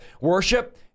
worship